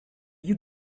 you